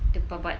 the babat